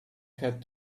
had